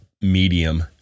medium